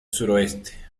suroeste